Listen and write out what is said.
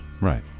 Right